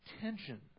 tension